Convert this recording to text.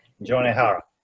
john ehara